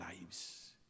lives